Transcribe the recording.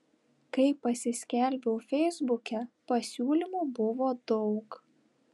kai pasiskelbiau feisbuke pasiūlymų buvo daug